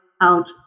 out